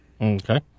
Okay